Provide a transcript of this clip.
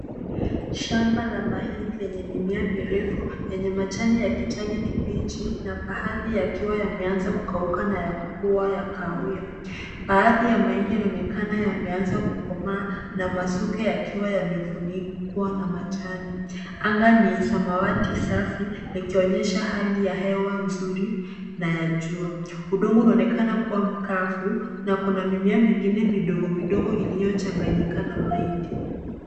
Shamba la mahindi lenye mimea mirefu yenye majani ya kijani kibichi na baadhi yakiwa yameanza kukauka na kukuwa ya kahawia. Baadhi ya mahindi yanaonekana yameanza kukomaa na masuka yakiwa yamefunikwa na majani. Anga ni samawati safi likionyesha hali ya hewa nzuri na ya jua. Udongo unaonekana kuwa mkavu na kuna mimea mingine midogo midogo iliyochanganyika na mahindi.